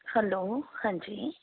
hello ਹਾਂਜੀ